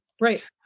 Right